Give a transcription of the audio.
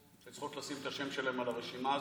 שצריכות לשים את השם שלהן על הרשימה הזו,